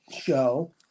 show